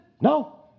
No